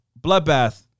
Bloodbath